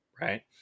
Right